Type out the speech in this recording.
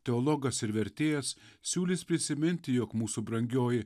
teologas ir vertėjas siūlys prisiminti jog mūsų brangioji